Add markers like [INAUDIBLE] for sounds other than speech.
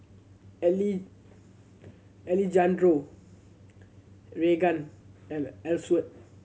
[UNINTELLIGIBLE] Alejandro Raegan and Elsworth